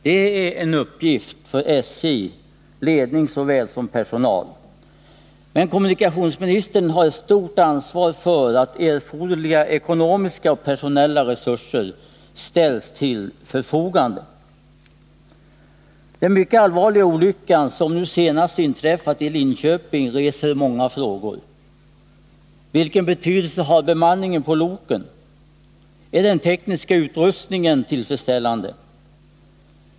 Det är en uppgift för SJ — ledning såväl som personal — men kommunikationsministern har ett stort Om åtgärder för ansvar för att erforderliga ekonomiska och personella resurser ställs till — aft förebygga järnförfogande. Den mycket allvarliga olycka som inträffade i Linköping reser många frågor. Vilken betydelse har bemanningen på loken? Är den tekniska utrustningen tillfredsställande?